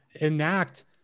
enact